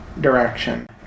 direction